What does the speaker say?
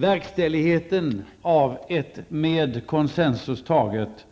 Verkställigheten av ett med konsensus taget